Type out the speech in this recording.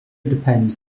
depends